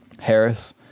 Harris